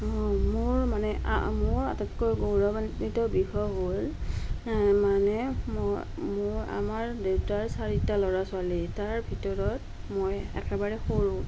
মোৰ মানে মোৰ আটাইতকৈ গৌৰৱান্বিত বিষয় হ'ল মানে মই মই আমাৰ দেউতাৰ চাৰিটা ল'ৰা ছোৱালী তাৰ ভিতৰত ময়েই একেবাৰে সৰু